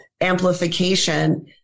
amplification